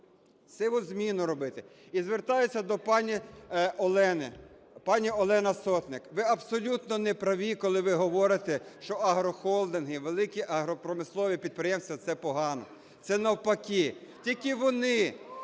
сівозміну робити. І звертаюся до пані Олени. Пані Олена Сотник, ви абсолютно неправі, коли ви говорите, щоагрохолдинги, великі агропромислові підприємства – це погано. Це навпаки, тільки вони